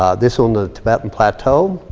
um this on the tibetan plateau.